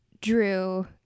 drew